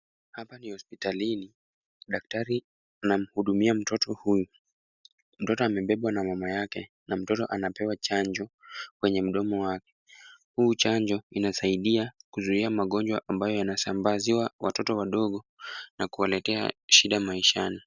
Hapa ni hospitalini. Daktari anamuhudumia mtoto huyu. Mtoto amebebwa na mama yake, na mtoto anapewa chanjo kwenye mdomo wake. Huu chanjo inasaidia kuzuia magonjwa ambayo yanasambaziwa watoto wadogo, na kuwaletea shida maishani.